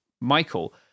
Michael